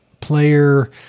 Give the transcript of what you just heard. player